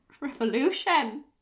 revolution